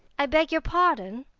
i beg your pardon?